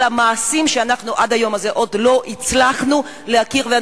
המעשים שאנחנו עד היום עוד לא הצלחנו להכיר בהם.